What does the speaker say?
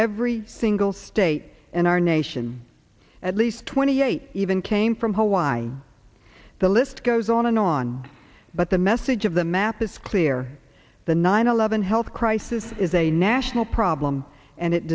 every single state in our nation at least twenty eight even came from hawaii and the list goes on and on but the message of the map is clear the nine eleven health crisis is a national problem and it